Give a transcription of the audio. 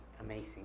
amazing